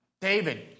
David